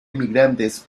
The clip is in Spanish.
inmigrantes